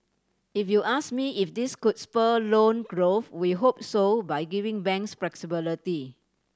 if you ask me if this could spur loan growth we hope so by giving banks flexibility